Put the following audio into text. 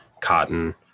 cotton